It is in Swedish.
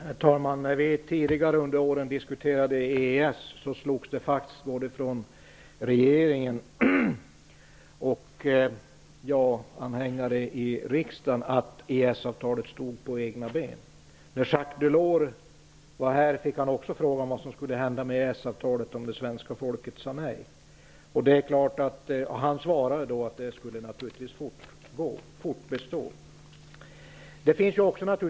Herr talman! När vi tidigare diskuterade EES slog både regeringen och ja-anhängare i riksdagen fast att EES-avtalet stod på egna ben. När Jacques Delors var här fick han en fråga om vad som skulle hända med EES-avtalet om det svenska folket sade nej. Han svarade att det naturligtvis skulle bestå även i fortsättningen.